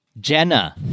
Jenna